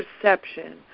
perception